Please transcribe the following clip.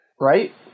Right